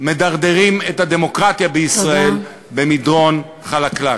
מדרדרים את הדמוקרטיה בישראל במדרון חלקלק.